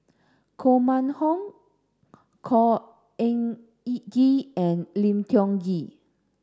Koh Mun Hong Khor Ean Ghee and Lim Tiong Ghee